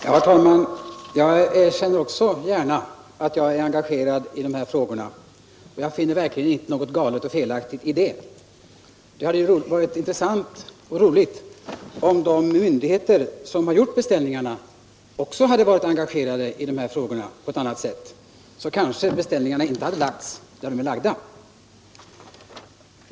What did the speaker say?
Herr talman! Jag erkänner också gärna att jag är engagerad i dessa frågor. 66 Jag finner verkligen inte något galet eller felaktigt i det. Det hade varit intressant och glädjande om de myndigheter som har gjort ifrågavarande beställningar också varit engagerade i frågorna. I så fall kanske beställningarna inte hade lagts där de nu är lagda.